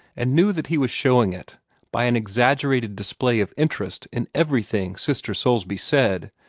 and knew that he was showing it by an exaggerated display of interest in everything sister soulsby said,